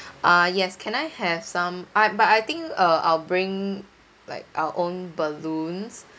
uh yes can I have some I but I think uh I'll bring like our own balloons